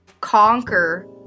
conquer